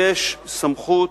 יש סמכות,